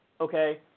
okay